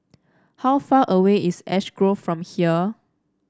how far away is Ash Grove from here